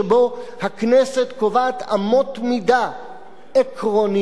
שבו הכנסת קובעת אמות מידה עקרוניות,